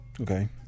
Okay